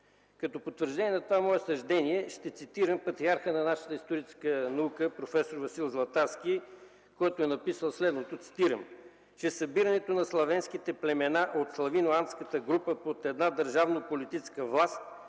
Като потвърждение на това мое съждение ще цитирам патриарха на нашата историческа наука – проф. Васил Златарски. Той е написал следното, цитирам: „Събирането на славенските племена от славино-антската група под една държавна политическа власт